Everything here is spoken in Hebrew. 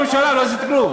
היית בממשלה, לא עשית כלום.